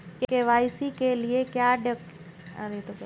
KYC के लिए क्या क्या डॉक्यूमेंट चाहिए?